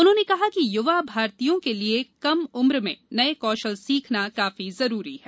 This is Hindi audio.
उन्होंने कहा कि युवा भारतीयों के लिए कम उम्र में नए कौशल सीखना काफी जरूरी है